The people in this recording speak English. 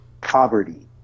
poverty